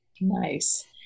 Nice